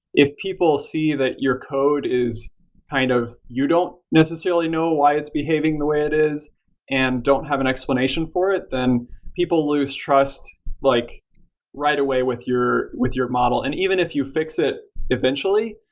if people see that your code is kind of you don't necessarily know why it's behaving the way it is and don't have an explanation for it, then people lose trust like right away with your with your model. and even if you fix it eventually,